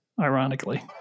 ironically